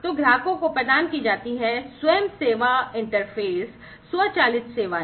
तो ग्राहकों को प्रदान की जाती हैं स्व सेवा इंटरफेस स्वचालित सेवाएं